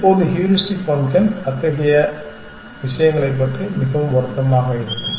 இப்போது heuristic function அத்தகைய விஷயங்களைப் பற்றி மிகவும் வருத்தமாக இருக்கும்